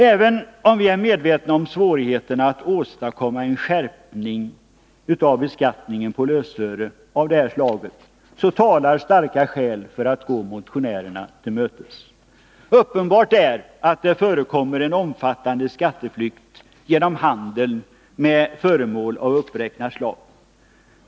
Även om vi är medvetna om svårigheterna att åstadkomma en skärpt beskattning på lösöre av det här slaget, talar starka skäl för att gå motionärerna till mötes. Uppenbart är att det förekommer en omfattande skatteflykt genom handeln med föremål av uppräknat slag.